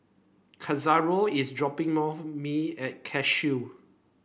Cordero is dropping more me at Cashew